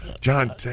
John